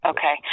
Okay